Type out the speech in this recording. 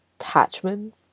attachment